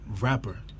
rapper